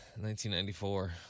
1994